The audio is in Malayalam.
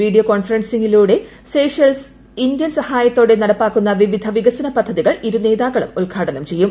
വീഡിയോ കോൺഫറൻസിംഗിലൂടെ സെഷേൽസ് ഇന്ത്യൻ സഹായത്തോടെ നടപ്പാക്കുന്ന വിവിധ വികസന പദ്ധതികൾ ഇരു നേതാക്കളും ഉദ്ഘാടനം ചെയ്യും